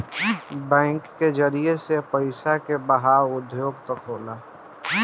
bank के जरिए से पइसा के बहाव उद्योग तक होला